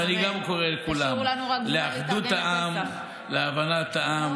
ואני גם קורא לכולם לאחדות העם, להבנת העם.